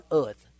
earth